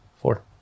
Four